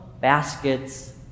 baskets